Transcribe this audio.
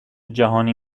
جهانی